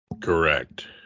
correct